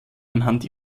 anhand